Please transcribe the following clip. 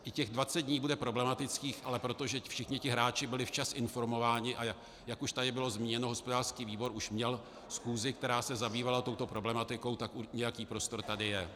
I těch dvacet dní bude problematických, ale protože všichni hráči byli včas informováni, a jak už tady bylo zmíněno, hospodářský výbor už měl schůzi, která se zabývala touto problematikou, tak tady nějaký prostor je.